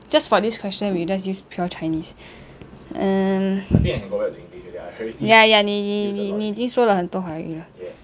just for this question we just use pure chinese uh ya ya 你你你你已经说了很多华语了